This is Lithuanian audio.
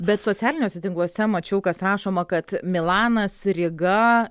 bet socialiniuose tinkluose mačiau kas rašoma kad milanas ryga